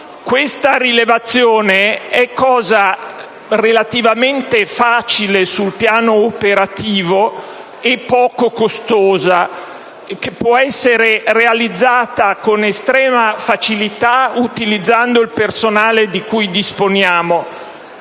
Tale rilevazione, relativamente facile sul piano operativo e poco costosa, può essere realizzata con estrema facilità utilizzando il personale di cui disponiamo.